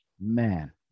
Man